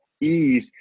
ease